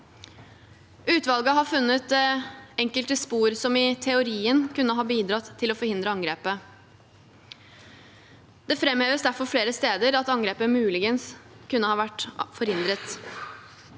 Utvalget har funnet enkelte spor som i teorien kunne ha bidratt til å forhindre angrepet. Det framheves derfor flere steder at angrepet «muligens» kunne ha vært forhindret.